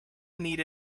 need